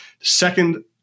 second